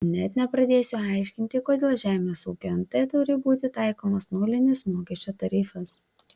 net nepradėsiu aiškinti kodėl žemės ūkio nt turi būti taikomas nulinis mokesčio tarifas